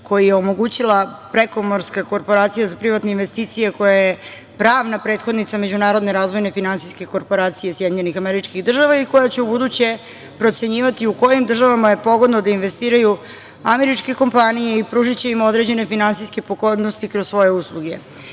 koji je omogućila prekomorska korporacija za privatne investicije, koja je pravna prethodnica Međunarodne razvojne finansijske korporacije SAD i koja će u buduće procenjivati u kojim državama je pogodno da investiraju američke kompanije i pružiće im određene finansijske pogodnosti kroz svoje usluge.